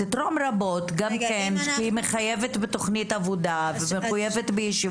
יתרמו רבות כי היא מחייבת בתוכנית עבודה ובישיבות.